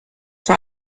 for